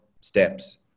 steps